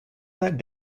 that